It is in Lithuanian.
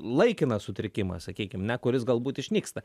laikinas sutrikimas sakykim ne kuris galbūt išnyksta